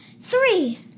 three